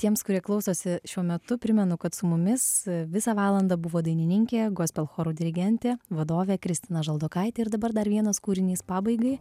tiems kurie klausosi šiuo metu primenu kad su mumis visą valandą buvo dainininkė gospel chorų dirigentė vadovė kristina žaldokaitė ir dabar dar vienas kūrinys pabaigai